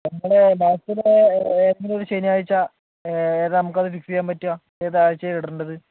നമ്മുടെ മാസത്തിലെ ഏതെങ്കിലും ഒരു ശനിയാഴ്ച നമ്മക്കതു ഫിക്സ് ചെയ്യാൻ പറ്റുക ഏതു ആഴ്ച്ചേലാണ് ഇടണ്ടത്